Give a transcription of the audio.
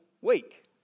week